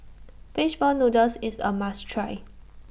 Fish Ball Noodles IS A must Try